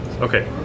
Okay